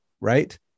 right